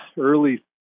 early